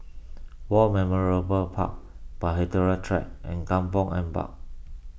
War Memorial War Park Bahtera Track and Kampong Ampat